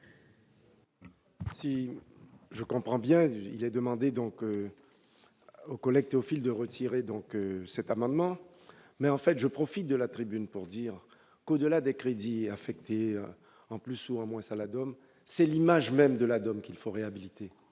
je comprends bien, il est demandé donc aux collectés au fil de retirer donc cet amendement mais en fait, je profite de la tribune pour dire qu'au-delà des crédits affectés en plus ou en moins ça la donne, c'est l'image même de la donne qu'il faut réhabiliter